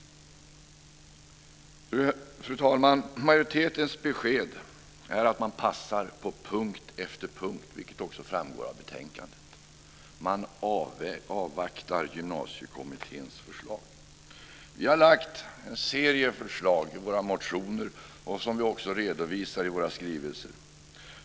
Fru talman! Majoritetens besked är att den passar på punkt efter punkt, vilket också framgår av betänkandet. Man avvaktar Gymnasiekommitténs förslag. Vi har lagt fram en serie förslag i våra motioner och vi redovisar dem också i våra skrivelser.